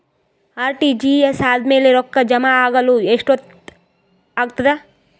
RTGS ಆದ್ಮೇಲೆ ರೊಕ್ಕ ಜಮಾ ಆಗಲು ಎಷ್ಟೊತ್ ಆಗತದ?